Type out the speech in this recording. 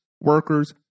workers